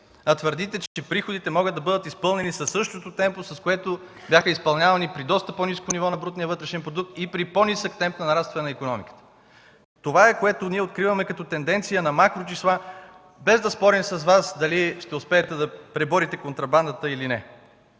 а твърдите, че приходите могат да бъдат изпълнени със същото темпо, с което бяха изпълнявани при доста по-ниско ниво на брутния вътрешен продукт и при по-нисък темп на нарастване на икономиката? Това е, което ние откриваме като тенденция на макрочисла, без да спорим с Вас дали ще успеете да преборите контрабандата, или не.